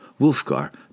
Wolfgar